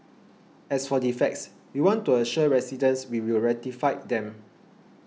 as for defects we want to assure residents we will rectify them